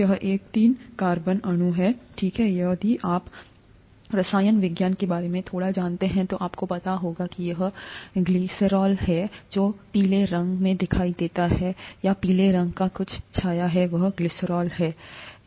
यह एक तीन कार्बन अणु है ठीक है यदि आप रसायन विज्ञान के बारे में थोड़ा जानते हैं तो आपको पता होगा कि यह ग्लिसरॉल है जो पीले रंग में दिखाया गया है या पीले रंग का कुछ छाया है वह ग्लिसरॉल है